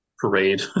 Parade